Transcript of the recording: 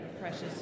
precious